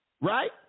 Right